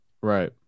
Right